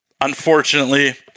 Unfortunately